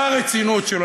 מה הרצינות שלו?